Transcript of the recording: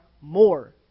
more